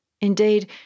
Indeed